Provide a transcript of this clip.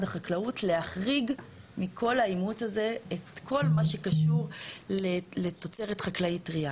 החקלאות להחריג מכל האימוץ הזה את כל מה שקשור לתוצרת חקלאית טרייה,